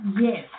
Yes